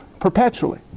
perpetually